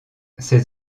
ces